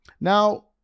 Now